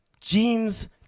jeans